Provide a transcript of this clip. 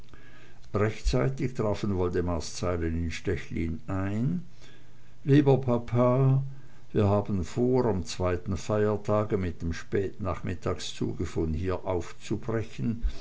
rechtzeitig trafen woldemars zeilen in stechlin ein lieber papa wir haben vor am zweiten feiertage mit dem spätnachmittagszuge von hier aufzubrechen